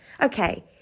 okay